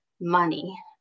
money